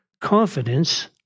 confidence